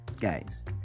Guys